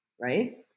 Right